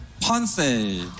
Ponce